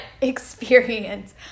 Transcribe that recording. experience